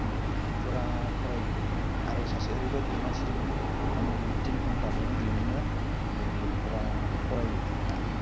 माने पुरा फरायो आरो सासे ओरैबायदि मानसि दंमोन माने बियो तिन घन्टाल' उन्दुयोमोननो ओमफ्राय बियो फुरा फरायो माने